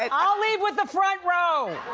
and i'll leave with the front row.